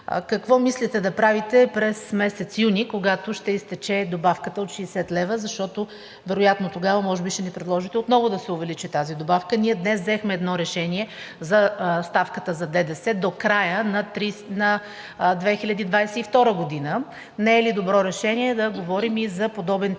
какво мислите да правите през месец юни, когато ще изтече добавката от 60 лв., защото вероятно тогава отново ще ни предложите да се увеличи тази добавка? Ние днес взехме едно решение за ставката за ДДС до края на 2022 г. Не е ли добро решение да говорим и за подобен тип